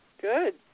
Good